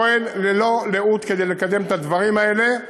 פועל ללא לאות כדי לקדם את הדברים האלה,